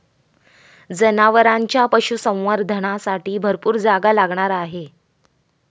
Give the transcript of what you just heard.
जनावरांच्या पशुसंवर्धनासाठी भरपूर जागा लागणार आहे